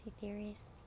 Theories